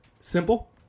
Simple